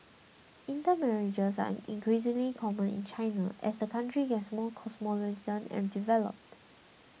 intermarriages are increasingly common in China as the country more cosmopolitan and developed